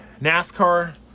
NASCAR